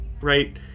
right